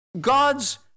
God's